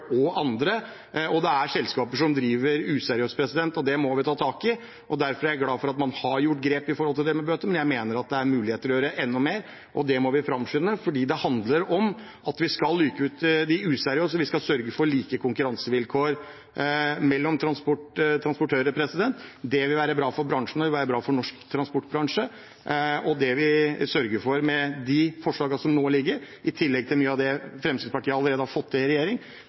og andre. Det er selskaper som driver useriøst, og det må vi ta tak i. Derfor er jeg glad for at man har tatt grep når det gjelder bøter, men jeg mener det er mulig å gjøre enda mer. Det må vi framskynde, for dette handler om at vi skal luke ut de useriøse og sørge for like konkurransevilkår mellom transportører. Det vil være bra for norsk transportbransje, og det vi sørger for med de forslagene som nå foreligger – i tillegg til mye av det Fremskrittspartiet allerede har fått til i regjering